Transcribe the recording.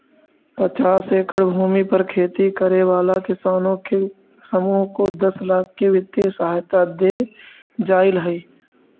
पचास एकड़ भूमि पर खेती करे वाला किसानों के समूह को दस लाख की वित्तीय सहायता दे जाईल हई